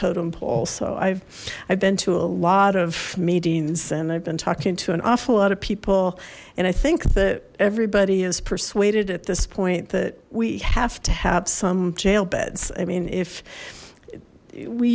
totem pole so i've i've been to a lot of meetings and i've been talking to an awful lot of people and i think that everybody is persuaded at this point that we have to have some jail beds i mean if we